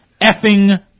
effing